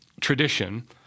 tradition